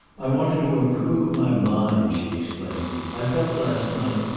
i wanted to improve my mind, she explained. i felt, last night,